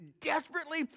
desperately